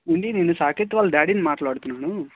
అండి నేను సాకేత్ వాళ్ళ డాడీ ని మాట్లాడుతున్నాను